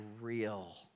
real